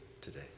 today